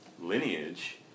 lineage